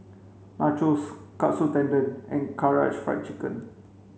Nachos Katsu Tendon and Karaage Fried Chicken